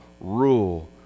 rule